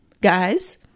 guys